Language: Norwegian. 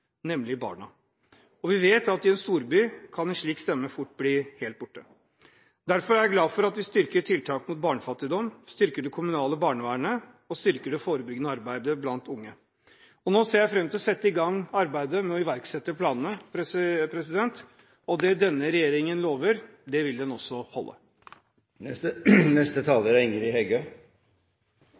nemlig barna. Vi vet at i en storby kan en slik stemme fort bli helt borte. Derfor er jeg glad for at vi styrker tiltak mot barnefattigdom, styrker det kommunale barnevernet og styrker det forebyggende arbeidet blant unge. Nå ser jeg fram til å sette i gang arbeidet med å iverksette planene, og det denne regjeringen lover, vil den også